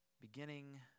beginning